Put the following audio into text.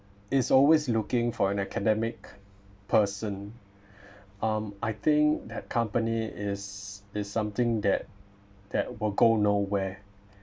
is always looking for an academic person um I think that company is is something that that will go nowhere